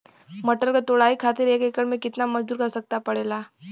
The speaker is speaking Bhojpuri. मटर क तोड़ाई खातीर एक एकड़ में कितना मजदूर क आवश्यकता पड़ेला?